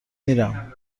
میرم